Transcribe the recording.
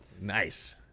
nice